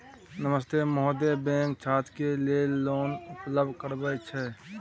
नमस्ते महोदय, बैंक छात्र के लेल लोन उपलब्ध करबे छै?